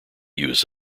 use